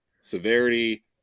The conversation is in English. severity